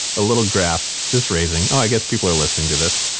a little graph just raising. oh, i guess people are listening to this.